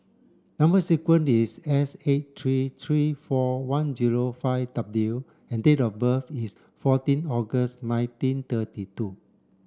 number sequence is S eight three three four one zero five W and date of birth is fourteen August nineteen thirty two